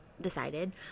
decided